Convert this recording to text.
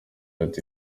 ati